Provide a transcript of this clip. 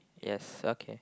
yes okay